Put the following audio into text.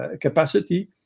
capacity